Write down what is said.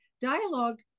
dialogue